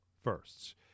firsts